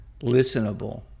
listenable